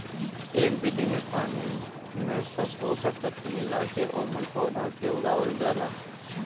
एह विधि में पानी में सब पोषक तत्व मिला के ओमन पौधा के उगावल जाला